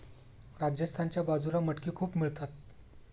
राजस्थानच्या बाजूला मटकी खूप मिळतात